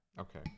Okay